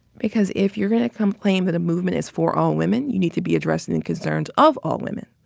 because if you're going to complain that a movement is for all women, you need to be addressing the concerns of all women.